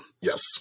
Yes